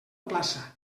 plaça